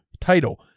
title